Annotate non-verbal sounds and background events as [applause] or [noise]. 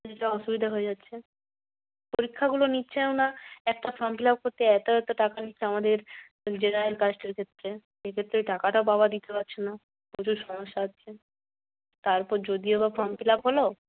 [unintelligible] অসুবিধা হয়ে যাচ্ছে পরীক্ষাগুলো নিচ্ছেও না একটা ফর্ম ফিল আপ করতে এত এত টাকা নিচ্ছে আমাদের জেনারেল কাস্টের ক্ষেত্রে সেক্ষেত্রে টাকাটা বাবা দিতে পারছে না প্রচুর সমস্যা হচ্ছে তারপর যদিও বা ফর্ম ফিল আপ হলো